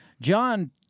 John